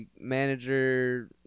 manager